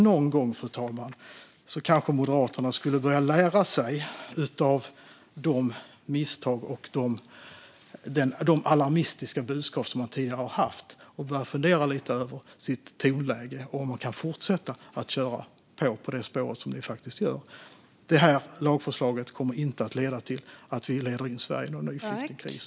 Någon gång, fru talman, kanske Moderaterna skulle börja lära sig av misstagen och de alarmistiska budskap man tidigare har haft och börja fundera lite över sitt tonläge och om man kan fortsätta att köra på i samma spår. Det här lagförslaget kommer inte att leda Sverige in i någon ny flyktingkris.